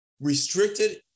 restricted